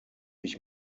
ich